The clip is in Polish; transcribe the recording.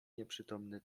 nieprzytomny